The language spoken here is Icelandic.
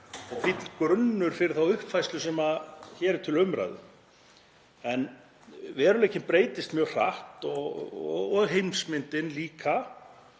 fínn grunnur fyrir þá uppfærslu sem hér er til umræðu. En veruleikinn breytist mjög hratt, heimsmyndin líka